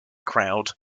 crowd